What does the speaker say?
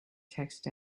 text